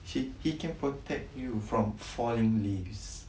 see he can protect you from falling leaves